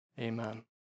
Amen